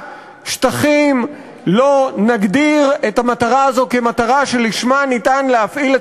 שטחים ולא נגדיר את המטרה הזאת כמטרה שלשמה ניתן להפעיל את